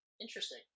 Interesting